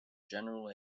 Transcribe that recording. general